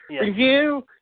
review